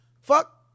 fuck